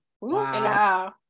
Wow